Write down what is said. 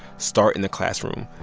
start in the classroom.